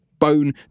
Bone